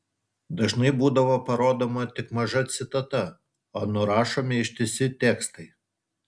dažnai būdavo parodoma tik maža citata o nurašomi ištisi tekstai